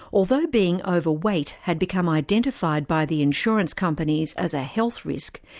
although being overweight had become identified by the insurance companies as a health risk,